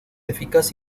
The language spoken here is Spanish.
eficaz